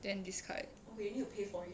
then discard